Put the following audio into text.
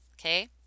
okay